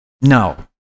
no